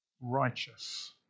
righteous